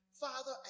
Father